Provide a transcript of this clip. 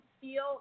feel